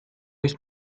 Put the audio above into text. ist